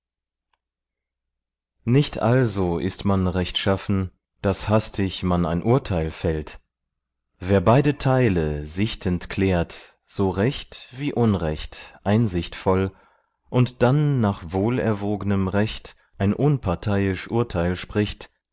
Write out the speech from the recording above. nicht also ist man rechtschaffen daß hastig man ein urteil fällt wer beide teile sichtend klärt so recht wie unrecht einsichtvoll und dann nach wohlerwognem recht ein unparteiisch urteil spricht